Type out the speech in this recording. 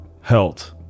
health